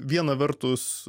viena vertus